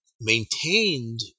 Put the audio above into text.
maintained